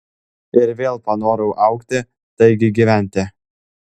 ir vėl panorau augti taigi gyventi